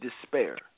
despair